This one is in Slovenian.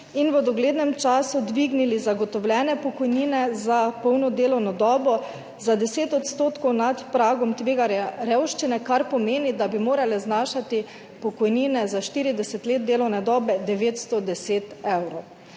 in v doglednem času dvignili zagotovljene pokojnine za polno delovno dobo za 10 % nad pragom tveganja revščine, kar pomeni, da bi morale znašati pokojnine za 40 let delovne dobe 910 evrov.